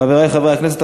חברי חברי הכנסת,